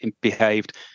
behaved